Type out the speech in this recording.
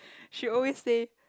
she always say